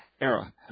era